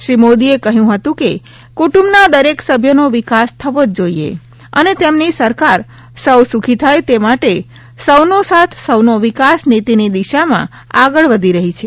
શ્રી મોદીએ કહ્યું હતું કે ક્રટુંબના દરેક સભ્યનો વિકાસ થવો જ જોઈએ અને તેમની સરકાર સૌ શુખી થાય તે માટે સૌ સાથ સૌનો વિકાસ નીતીની દિશામાં આગળ વધી રહી છે